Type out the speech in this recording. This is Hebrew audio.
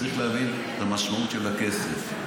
צריך להבין את המשמעות של הכסף.